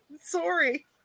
sorry